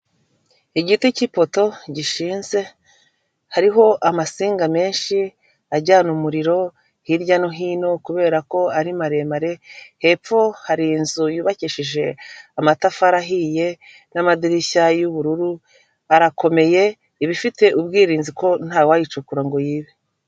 Igiti cy'ipoto gishinze, hariho amasinga menshi ajyana umuriro hirya no hino kubera ko ari maremare, hepfo hari inzu yubakishije amatafari ahiye n'amadirishya y'ubururu, arakomeye iba ifite ubwirinzi ko ntawayicukura ngo yibe.